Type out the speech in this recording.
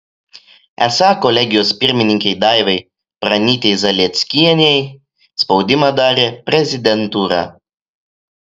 esą kolegijos pirmininkei daivai pranytei zalieckienei spaudimą darė prezidentūra